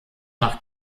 nach